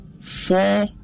four